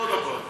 תחזור עוד פעם.